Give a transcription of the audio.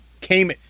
came